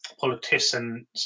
politicians